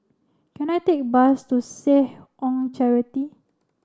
can I take a bus to Seh Ong Charity